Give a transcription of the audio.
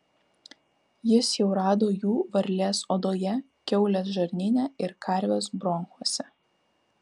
jis jau rado jų varlės odoje kiaulės žarnyne ir karvės bronchuose